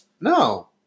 No